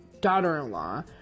daughter-in-law